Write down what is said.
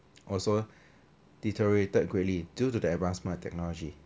also deteriorated greatly due to the advancement of technology